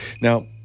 Now